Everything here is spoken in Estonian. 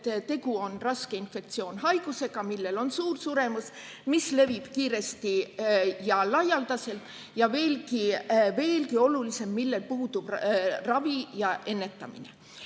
Tegu on raske infektsioonhaigusega, millel on suur suremus, mis levib kiiresti ja laialdaselt ja mis veelgi olulisem: millel puudub ravi ja [kindel]